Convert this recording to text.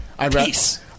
Peace